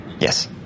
yes